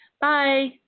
Bye